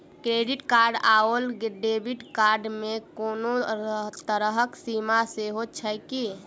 Credit card आओर debit card मे कोनो तरहक सीमा सेहो छैक की?